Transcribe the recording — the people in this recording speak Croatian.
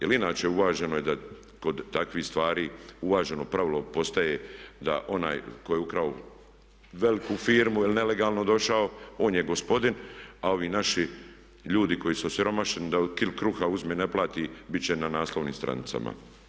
Jer inače uvaženo je da kod takvih stvari, uvaženo pravilo postaje da onaj tko je ukrao veliku firmu ili nelegalno došao on je gospodin, a ovi naši ljudi koji su osiromašeni da kilu kruha uzme i ne plati, bit će na naslovnim stranicama.